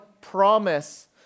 promise